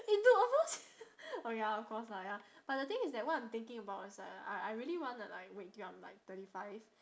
you do a oh ya of course lah ya but the thing is that what I'm thinking about is like I I really want to wait till I'm like thirty five